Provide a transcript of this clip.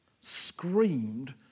screamed